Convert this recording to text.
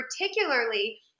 particularly